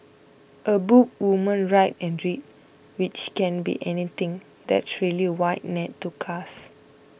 a book women write and read which can be anything that's a really wide net to cast